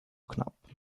knapp